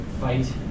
fight